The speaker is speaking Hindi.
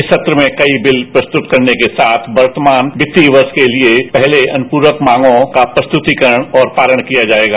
इस सत्र में कई बिल प्रस्तुत करने के साथ वर्तमान वित्तीय वर्ष के लिए पहले अनुपूरक मांगों और प्रस्तुतिकरण और पालन किया जाएगा